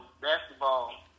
basketball